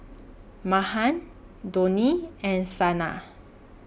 Mahan Dhoni and Saina